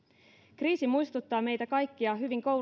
kriisi muistuttaa meitä kaikkia hyvin